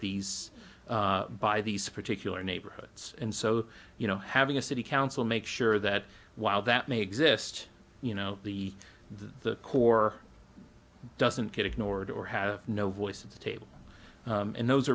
these by these particular neighborhoods and so you know having a city council make sure that while that may exist you know the the core doesn't get ignored or have no voice at the table and those